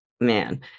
man